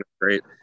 great